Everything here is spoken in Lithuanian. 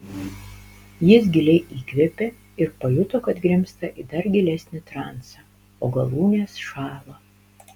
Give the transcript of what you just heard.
jis giliai įkvėpė ir pajuto kad grimzta į dar gilesnį transą o galūnės šąla